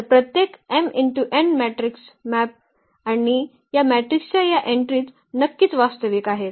तर प्रत्येक m×n matrix maps आणि या मॅट्रिक्सच्या या एन्ट्रीज नक्कीच वास्तविक आहेत